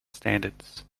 standards